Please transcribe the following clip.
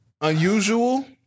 Unusual